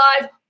live